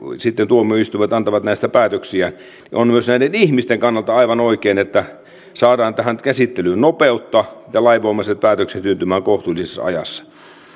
sitten tuomioistuimet antavat näistä päätöksiä niin on myös näiden ihmisten kannalta aivan oikein että saadaan tähän käsittelyyn nopeutta ja lainvoimaiset päätökset syntymään kohtuullisessa ajassa